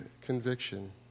conviction